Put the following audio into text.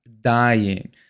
Dying